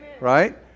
Right